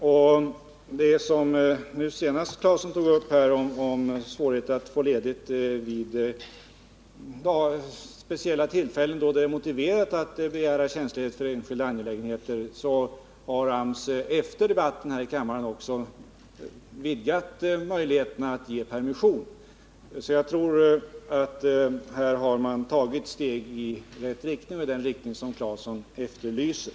Vad beträffar det som Tore Claeson tog upp senast, om svårigheter att få ledigt vid speciella tillfällen då det är motiverat att begära tjänstledighet för enskilda angelägenheter, så har AMS efter den förra debatten här i kammaren vidgat möjligheterna att ge permission. Jag tror att man här har tagit ett steg i rätt riktning, och i den riktning som Tore Claeson efterlyser.